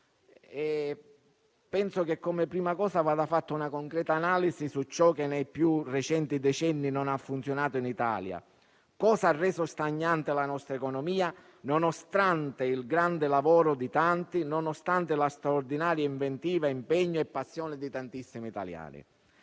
Penso che come prima cosa vada fatta una concreta analisi di ciò che nei più recenti decenni non ha funzionato in Italia e reso stagnante la nostra economia, nonostante il grande lavoro di tanti e la straordinaria inventiva, l'impegno e la passione di tantissimi italiani.